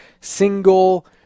single